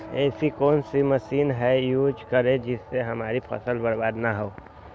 ऐसी कौन सी मशीन हम यूज करें जिससे हमारी फसल बर्बाद ना हो?